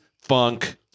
funk